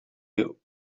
you